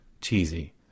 cheesy